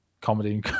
comedy